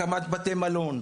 הקמת בתי מלון,